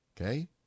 okay